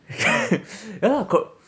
ya lah co~